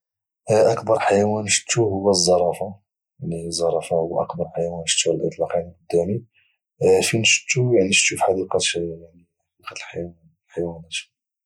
اكبر حيوان شفته هو الزرافه يعني اكبر حيوان شو هو الزرافه على الاطلاق قدامي فين شفتوا شتو حديقه الحيوانات